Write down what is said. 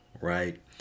right